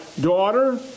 daughter